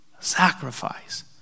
Sacrifice